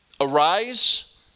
Arise